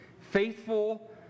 Faithful